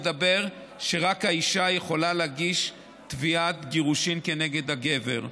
אומר שרק האישה יכולה להגיש תביעת גירושין כנגד הגבר.